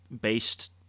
based